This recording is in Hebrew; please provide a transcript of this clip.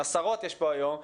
נמצאים כאן היום עשרות,